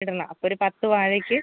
ഇടണം അപ്പോൾ ഒരു പത്ത് വാഴയ്ക്ക്